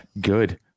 Good